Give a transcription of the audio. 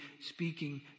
speaking